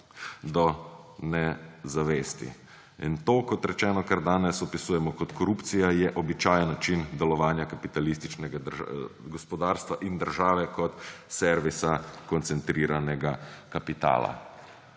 do nezavesti. In to, kot rečeno, kar danes opisujemo kot korupcija, je običajen način delovanja kapitalističnega gospodarstva in države kot servisa koncentriranega kapitala.